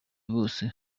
bose